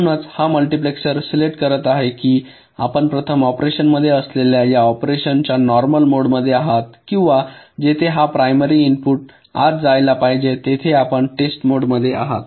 म्हणूनच हा multiplexer select करत आहे कि आपण प्राथमिक ऑपरेशनमध्ये असलेल्या या ऑपरेशनच्या नॉर्मल मोडमध्ये आहात किंवा जेथे हा प्रायमरी इनपुट आत जायला पाहिजे तेथे आपण टेस्ट मोडमध्ये आहात